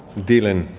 deilin.